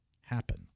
happen